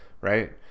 right